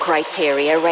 Criteria